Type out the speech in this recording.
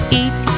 eat